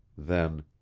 then,